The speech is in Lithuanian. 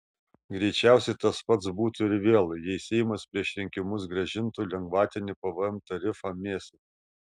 greičiausiai tas pats būtų ir vėl jei seimas prieš rinkimus grąžintų lengvatinį pvm tarifą mėsai